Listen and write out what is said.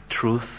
truth